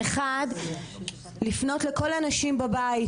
אחד לפנות לכל הנשים בבית,